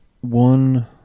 one